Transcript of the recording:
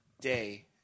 day